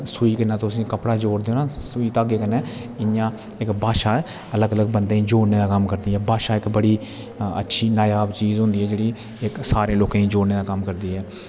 जियां सुई कन्नै तुस कपड़ा जोड़दे हो न सुई धागे कन्नै इन्जे इक भाषा अलग अलग बंदे जोड़ने दा कम्म करदी ऐ भाषा इक बड़ी अच्छी नायाब चीज़ होंदी ऐ सारे लोके दी जोड़ने दा कम्म करदी ऐ